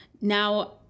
now